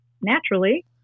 naturally